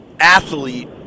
athlete